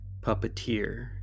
puppeteer